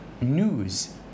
news